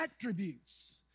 attributes